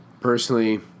personally